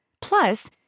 Plus